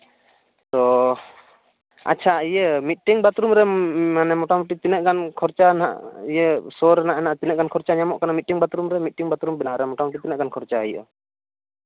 ᱛᱚ ᱟᱪᱪᱷᱟ ᱤᱭᱟᱹ ᱢᱤᱫᱴᱤᱱ ᱵᱟᱛᱷᱨᱩᱢ ᱨᱮᱢ ᱢᱟᱱᱮ ᱢᱳᱴᱟᱢᱩᱴᱤ ᱛᱤᱱᱟᱹᱜ ᱜᱟᱱ ᱠᱷᱚᱨᱪᱟ ᱱᱟᱦᱟᱸᱜ ᱤᱭᱟᱹ ᱥᱚ ᱨᱮᱱᱟᱜ ᱦᱟᱸᱜ ᱛᱤᱱᱟᱹᱜ ᱜᱟᱱ ᱠᱷᱚᱨᱪᱟ ᱧᱟᱢᱚᱜ ᱠᱟᱱᱟ ᱢᱤᱫᱴᱤᱱ ᱵᱟᱛᱷᱨᱩᱢ ᱨᱮ ᱢᱤᱫᱴᱤᱱ ᱵᱟᱛᱷᱨᱩᱢ ᱵᱮᱱᱟᱣ ᱨᱮ ᱢᱳᱴᱟᱢᱩᱴᱤ ᱛᱤᱱᱟᱹᱜ ᱜᱟᱱ ᱠᱷᱚᱨᱪᱟ ᱦᱩᱭᱩᱜᱼᱟ